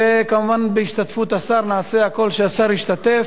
וכמובן נעשה הכול שהשר ישתתף.